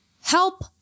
help